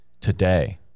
today